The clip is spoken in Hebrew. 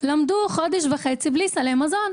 הם למדו חודש וחצי בלי סלי מזון.